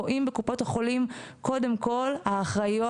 רואים בקופות החולים קודם כל כאחריות